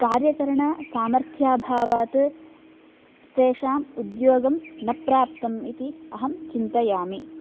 कार्यकरणासामर्थ्याऽभावात् तेषाम् उद्योगं न प्राप्तम् इति अहं चिन्तयामि